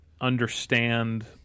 understand